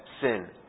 sin